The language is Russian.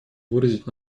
выразить